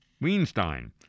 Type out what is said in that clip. Weinstein